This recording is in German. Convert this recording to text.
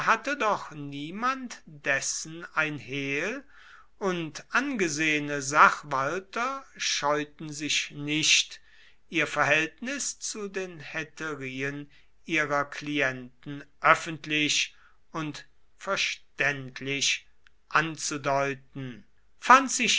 hatte doch niemand dessen ein hehl und angesehene sachwalter scheuten sich nicht ihr verhältnis zu den hetärien ihrer klienten öffentlich und verständlich anzudeuten fand sich